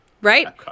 right